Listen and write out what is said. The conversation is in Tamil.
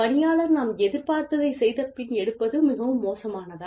பணியாளர் நாம் எதிர்பார்த்ததைச் செய்தபின் எடுப்பது மிகவும் மோசமானதா